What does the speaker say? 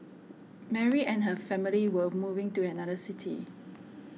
Mary and her family were moving to another city